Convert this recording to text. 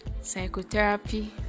psychotherapy